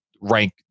rank